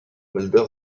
mulder